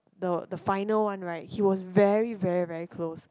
the the final one right he was very very very close